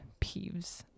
peeves